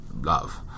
love